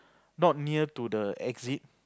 not near to the exit